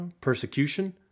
Persecution